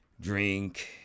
drink